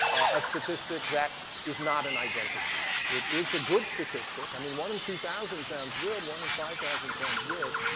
a statistic that is not an identity. it is a good statistic. i mean one in two thousand sounds good. one in five thousand sounds good.